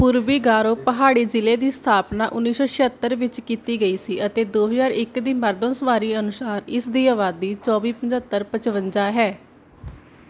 ਪੂਰਬੀ ਗਾਰੋ ਪਹਾੜੀ ਜ਼ਿਲ੍ਹੇ ਦੀ ਸਥਾਪਨਾ ਉੱਨੀ ਸੌ ਛੇਹੱਤਰ ਵਿੱਚ ਕੀਤੀ ਗਈ ਸੀ ਅਤੇ ਦੋ ਹਜ਼ਾਰ ਇੱਕ ਦੀ ਮਰਦਮਸ਼ੁਮਾਰੀ ਅਨੁਸਾਰ ਇਸ ਦੀ ਆਬਾਦੀ ਚੌਵੀ ਪੰਝੱਤਰ ਪਚਵੰਜਾ ਹੈ